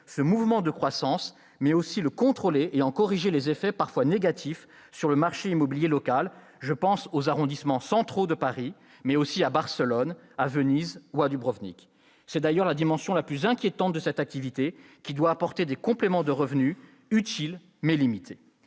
ce mouvement en croissance, le contrôler et en corriger les effets parfois négatifs sur le marché immobilier local : je pense aux arrondissements centraux de Paris, mais aussi à Barcelone, Venise ou encore Dubrovnik. C'est d'ailleurs la dimension la plus inquiétante de cette activité, qui doit apporter des compléments de revenu utiles, mais limités.